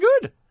good